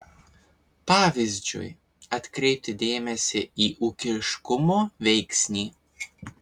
pavyzdžiui atkreipti dėmesį į ūkiškumo veiksnį